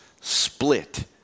split